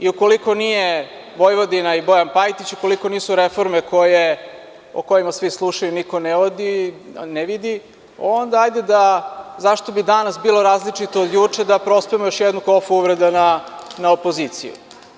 Ukoliko nije Vojvodina i Bojan Pajtić, ukoliko nisu reforme o kojima svi slušaju a niko ne vidi, onda hajde, zašto bi danas bilo različito od juče, da prospemo još jednu kofu uvreda na opoziciju.